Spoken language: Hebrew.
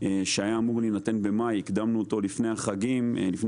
שהיה אמור להינתן במאי והוא ניתן לפני פסח.